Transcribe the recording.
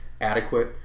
adequate